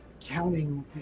Counting